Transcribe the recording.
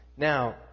Now